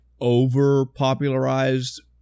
over-popularized